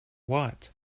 what